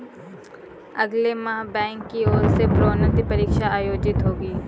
अगले माह बैंक की ओर से प्रोन्नति परीक्षा आयोजित होगी